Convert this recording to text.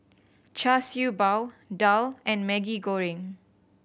Char Siew Bao daal and Maggi Goreng